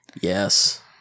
yes